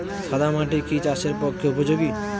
সাদা মাটি কি চাষের পক্ষে উপযোগী?